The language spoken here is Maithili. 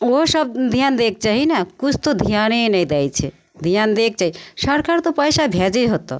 ओहोसब धिआन दैके चाही ने किछु तऽ धिआने नहि दै छै धिआन दैके चाही सरकार तऽ पइसा भेजै होतऽ